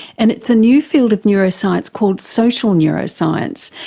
and it's a new field of neuroscience called social neuroscience.